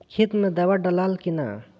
खेत मे दावा दालाल कि न?